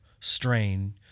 strain